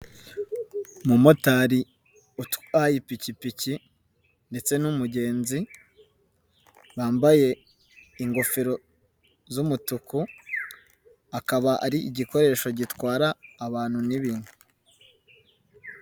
Umumotari utwaye ipikipiki ndetse n'umugenzi wambaye ingofero z'umutuku akaba ari igikoresho gitwara abantu n'ibintu.